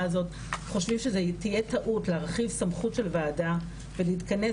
הזאת חושבים שזו תהיה טעות להרחיב סמכות של ועדה ולהתכנס